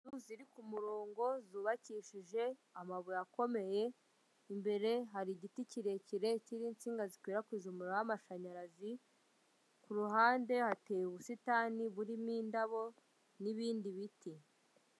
Inzu ziri ku murongo zubakishije amabuye akomeye. Imbere hari igiti kirekire kiriho insinga zikwirakwiza umuriro w'amashanyarazi. Ku ruhande hateye ubusitani burimo indabo n'ibindi biti.